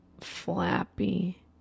flappy